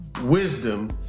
wisdom